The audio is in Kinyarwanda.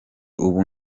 ubu